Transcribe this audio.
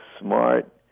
smart